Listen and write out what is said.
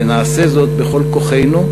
ונעשה זאת בכל כוחנו,